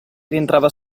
rientrava